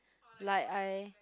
like I